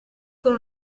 con